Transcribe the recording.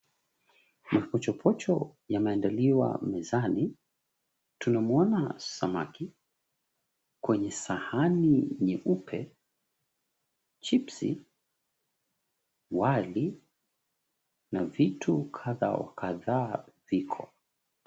Mapochopocho yameandaliwa mezani. Tunamuona samaki kwenye sahani nyeupe, chipsi, wali na vitu kadha wa kadhaa viko.